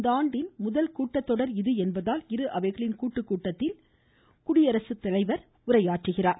இந்த ஆண்டின் முதல் கூட்டத்தொடர் இது என்பதால் இரு அவைகளின் கூட்டு கூட்டத்தில் அவர் உரையாற்றுகிறார்